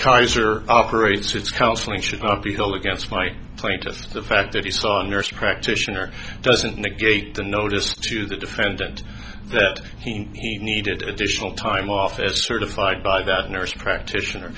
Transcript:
kaiser operates his counseling should not be held against my plaintiff the fact that he saw a nurse practitioner doesn't negate the notice to the defendant that he needed additional time off as certified by that nurse practitioner